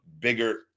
bigger